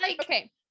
Okay